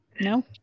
no